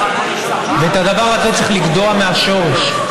את הדבר הזה צריך לגדוע מהשורש.